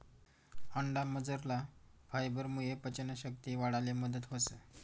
अंडामझरला फायबरमुये पचन शक्ती वाढाले मदत व्हस